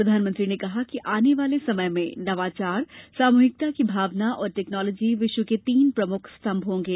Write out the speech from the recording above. प्रधानमंत्री ने कहा कि आने वाले समय में नवाचार सामूहिकता की भावना और टैक्नॉलोजी विश्व के तीन प्रमुख स्तम्भ बनेंगे